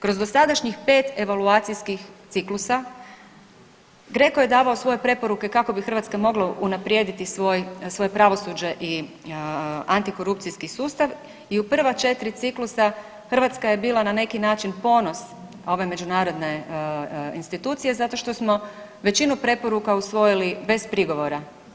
Kroz dosadašnjih 5 evaluacijskih ciklusa, GREKO je davao svoje preporuke kako bi Hrvatska mogla unaprijediti svoje pravosuđe i antikorupcijski sustav i u prva 4 ciklusa Hrvatska je bila na neki način ponos ove međunarodne institucije zato što smo većinu preporuka usvojili bez prigovora.